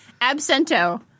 Absento